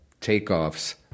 takeoffs